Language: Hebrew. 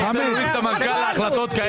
אתה רוצה להוריד את המנכ"ל להחלטות כאלה?